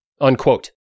Unquote